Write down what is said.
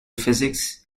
physics